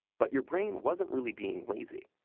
but your brain wasn't really being lazy,